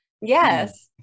Yes